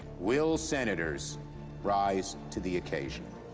will senators rise to the occasion?